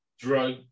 drug